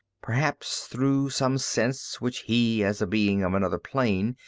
perhaps through some sense which he, as a being of another plane,